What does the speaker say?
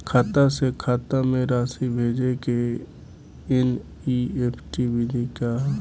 खाता से खाता में राशि भेजे के एन.ई.एफ.टी विधि का ह?